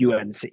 UNC